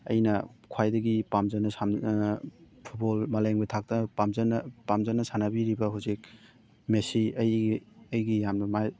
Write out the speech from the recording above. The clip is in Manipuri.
ꯑꯩꯅ ꯈ꯭ꯋꯥꯏꯗꯒꯤ ꯄꯥꯝꯖꯅ ꯐꯨꯠꯕꯣꯜ ꯃꯥꯂꯦꯝꯒꯤ ꯊꯥꯛꯇ ꯄꯥꯝꯖꯅ ꯄꯥꯝꯖꯅ ꯁꯥꯟꯅꯕꯤꯔꯤꯕ ꯍꯧꯖꯤꯛ ꯃꯦꯁꯁꯤ ꯑꯩ ꯑꯩꯒꯤ ꯌꯥꯝꯅ ꯃꯥꯏ